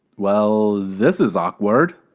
well this is awkward.